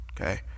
okay